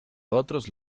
otros